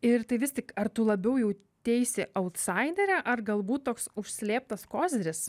ir tai vis tik ar tu labiau jauteisi autsaidere ar galbūt toks užslėptas koziris